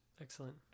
Excellent